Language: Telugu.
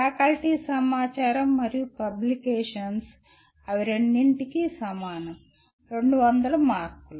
ఫ్యాకల్టీ సమాచారం మరియు పబ్లికేషన్లు అవి రెండింటికీ సమానం 200 మార్కులు